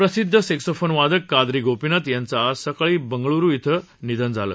प्रसिद्ध सॅक्सोफोन वादक काद्री गोपीनाथ यांचं आज सकाळी मंगलोर िं निधन झालं